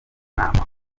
nama